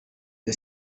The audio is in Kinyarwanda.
the